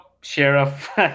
Sheriff